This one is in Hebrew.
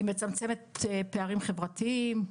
היא מצמצמת פערים חברתיים,